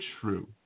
true